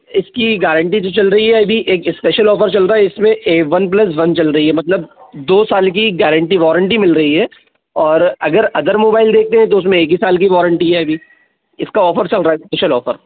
इसकी गारंटी जो चल रही है अभी एक स्पेशल ऑफर चल रहा है इसमें वन प्लस वन चल रही है मतलब दो साल की गारंटी वारंटी मिल रही है और अगर अदर मोबाइल देखते हैं तो उसमें एक ही साल की है अभी इसका ऑफर चल रहा है स्पेशल ऑफर